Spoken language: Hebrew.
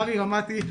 ארי רמתי,